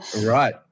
Right